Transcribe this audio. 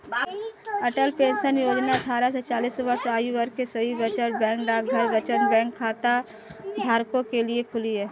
अटल pension योजना अट्ठारह से चालीस वर्ष आयु वर्ग के सभी बचत बैंक डाकघर बचत बैंक खाताधारकों के लिए खुली है